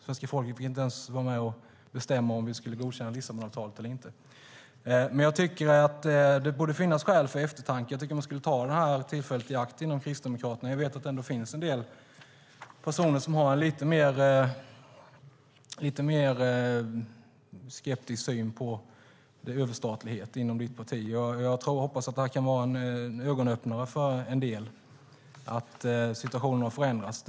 Svenska folket fick inte ens vara med och bestämma om vi skulle godkänna Lissabonavtalet eller inte. Men jag tycker att det borde finnas skäl till eftertanke. Jag tycker att man skulle ta detta tillfälle i akt inom Kristdemokraterna. Jag vet att det ändå finns en del personer inom ditt parti, Lars-Axel Nordell, som har en lite mer skeptisk syn på överstatlighet. Jag hoppas och tror att detta kan vara en ögonöppnare för en del. Situationen har förändrats.